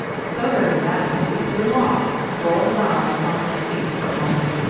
so, very naturally, it blew off, rolled around among their feet for a moment,